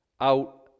out